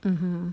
mmhmm